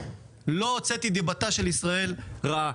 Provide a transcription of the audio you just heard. לא הוצאתי דיבתה של ישראל רעה.